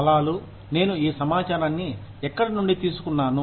స్థలాలు నేను ఈ సమాచారాన్ని ఎక్కడి నుండి తీసుకున్నాను